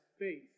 faith